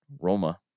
Roma